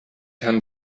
herrn